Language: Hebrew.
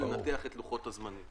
לנתח את לוחות הזמנים.